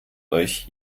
euch